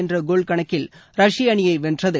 என்ற கோல் கணக்கில் ரஷ்ய அணியை வென்றது